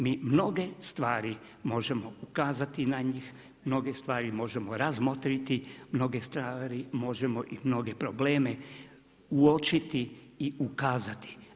Mi mnoge stvari možemo ukazati na njih, mnoge stvari možemo razmotriti, mnoge stvari možemo i mnoge probleme uočiti i ukazati.